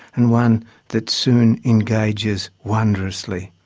and one that soon engages wondrously.